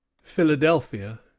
philadelphia